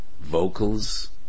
vocals